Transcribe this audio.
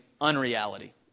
unreality